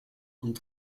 und